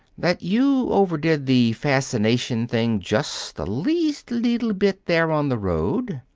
that you overdid the fascination thing just the least leetle bit there on the road?